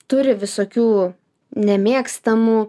turi visokių nemėgstamų